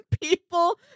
people